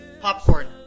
Popcorn